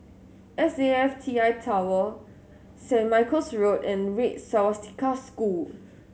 S A F T I Tower Saint Michael's Road and Red Swastika School